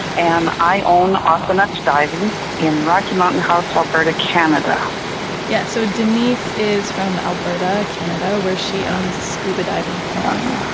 and i own aquanuts diving in rocky mountain house, alberta, canada yeah. so denise is from alberta, canada, where she owns a scuba diving company,